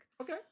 Okay